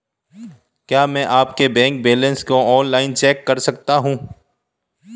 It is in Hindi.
क्या मैं अपना बैंक बैलेंस ऑनलाइन चेक कर सकता हूँ?